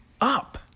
up